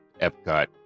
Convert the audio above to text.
Epcot